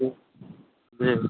ठीक बेस